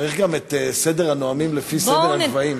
צריך גם את סדר הנואמים לפי סדר הגבהים.